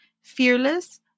Fearless